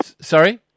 Sorry